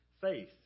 faith